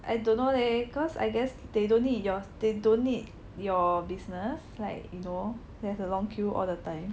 I don't know leh cause I guess they don't need your they don't need your business like you know there's a long queue all the time